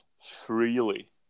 freely